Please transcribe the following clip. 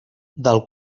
del